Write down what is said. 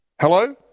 Hello